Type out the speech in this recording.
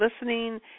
listening